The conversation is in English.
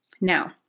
Now